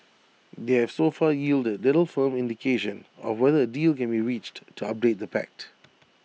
they have so far yielded little firm indication of whether A deal can be reached to update the pact